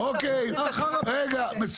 אוקיי, רגע, מצוין.